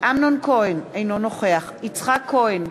אמנון כהן, אינו נוכח יצחק כהן,